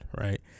Right